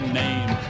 name